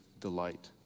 delight